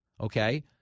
Okay